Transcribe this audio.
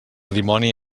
dimoni